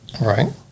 Right